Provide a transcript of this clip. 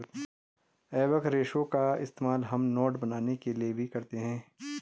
एबेक रेशे का इस्तेमाल हम नोट बनाने के लिए भी करते हैं